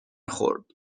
خورد